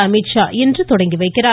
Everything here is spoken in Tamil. அமித்ஷா இன்று துவக்கி வைக்கிறார்